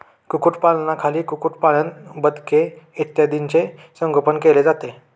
कुक्कुटपालनाखाली कुक्कुटपालन, बदके इत्यादींचे संगोपन केले जाते